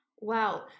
Wow